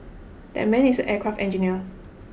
that man is an aircraft engineer